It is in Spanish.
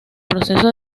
proceso